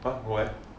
!huh! why ah